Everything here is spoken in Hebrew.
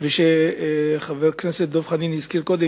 כפי שחבר הכנסת דב חנין הזכיר קודם,